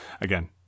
again